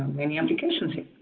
many applications here.